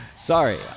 Sorry